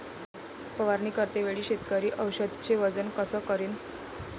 फवारणी करते वेळी शेतकरी औषधचे वजन कस करीन?